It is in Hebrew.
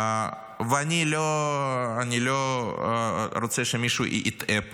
ואני לא רוצה שמישהו יטעה פה.